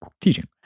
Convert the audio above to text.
teaching